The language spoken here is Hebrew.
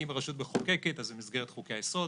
אם הרשות מחוקקת אז במסגרת חוקי היסוד,